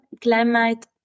climate